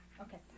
Okay